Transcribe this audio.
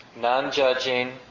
non-judging